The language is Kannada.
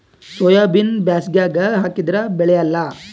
ಸೋಯಾಬಿನ ಬ್ಯಾಸಗ್ಯಾಗ ಹಾಕದರ ಬೆಳಿಯಲ್ಲಾ?